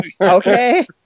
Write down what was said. Okay